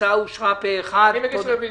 אין הצעת חבר הכנסת סמוטריץ'